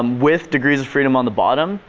um with degrees and freedom on the bottom.